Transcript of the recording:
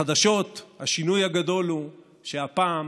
החדשות השינוי הגדול הוא שהפעם